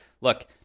Look